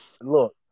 look